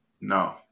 No